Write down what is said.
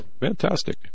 Fantastic